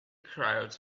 crowd